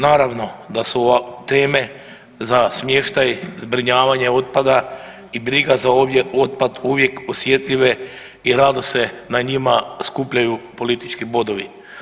Naravno da su ova teme za smještaj, zbrinjavanje otpada i briga za otpad uvijek osjetljive i rado se na njima skupljaju politički bodovi.